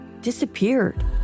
disappeared